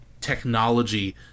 technology